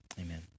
amen